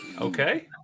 okay